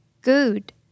good